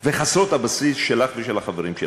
וחסרות הבסיס שלך ושל החברים שלך.